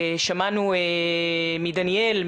שמענו מדניאל,